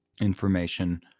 information